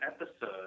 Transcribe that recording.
episode